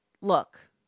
look